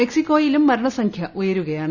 മെക്സികോയിലും മരണസംഖൃ ഉയരുകയാണ്